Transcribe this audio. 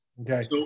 Okay